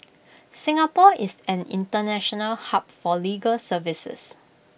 Singapore is an International hub for legal services